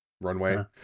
runway